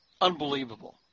Unbelievable